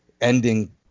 ending